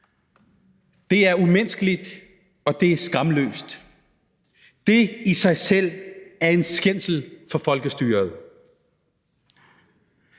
Det var umenneskeligt, og det var skamløst. Det i sig selv var en skændsel for folkestyret.